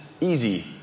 easy